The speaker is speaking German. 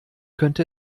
könnte